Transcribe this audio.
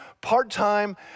part-time